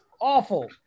awful